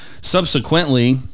subsequently